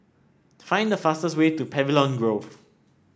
find the fastest way to Pavilion Grove